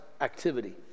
activity